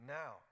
now